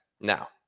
now